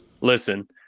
listen